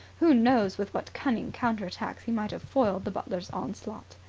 who knows with what cunning counter-attacks he might have foiled the butler's onslaught?